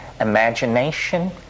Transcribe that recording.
imagination